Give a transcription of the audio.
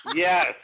Yes